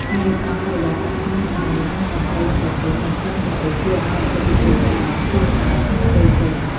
ការរៀបចំបរិយាកាសក្នុងហាងឱ្យមានតន្ត្រីស្រទន់ និងក្លិនក្រអូបជួយឱ្យអតិថិជនមានអារម្មណ៍ធូរស្រាលក្នុងពេលទិញ។